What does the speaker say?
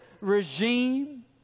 regime